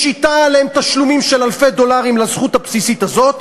משיתה עליהם תשלומים של אלפי דולרים על הזכות הבסיסית הזאת,